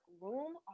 room